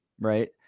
right